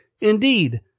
Indeed